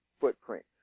footprint